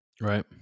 right